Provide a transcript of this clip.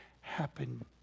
happen